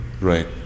Right